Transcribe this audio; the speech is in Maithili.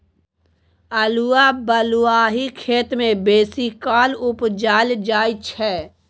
अल्हुआ बलुआही खेत मे बेसीकाल उपजाएल जाइ छै